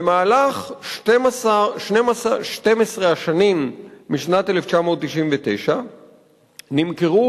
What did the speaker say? במהלך 12 השנים משנת 1999 נמכרו,